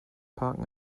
parken